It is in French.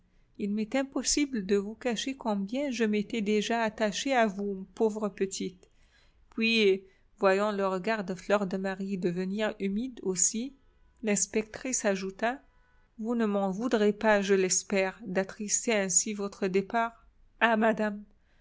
il m'est impossible de vous cacher combien je m'étais déjà attachée à vous pauvre petite puis voyant le regard de fleur de marie devenir humide aussi l'inspectrice ajouta vous ne m'en voudrez pas je l'espère d'attrister ainsi votre départ ah madame